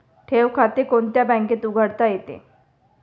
ठेव खाते कोणत्या बँकेत उघडता येते?